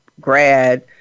grad